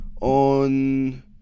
on